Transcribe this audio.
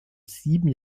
sieben